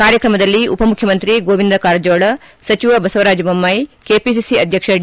ಕಾರ್ಯಕ್ರಮದಲ್ಲಿ ಉಪಮುಖ್ಯಮಂತ್ರಿ ಗೋವಿಂದ ಕಾರಜೋಳ ಸಚಿವ ಬಸವರಾಜ ಬೊಮ್ಮಾಯಿ ಕೆಪಿಸಿ ಅಧ್ಯಕ್ಷ ಡಿ